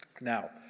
Now